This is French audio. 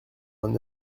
vingt